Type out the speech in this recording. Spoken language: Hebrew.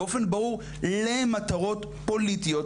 באופן ברור למטרות פוליטיות,